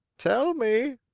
tell me,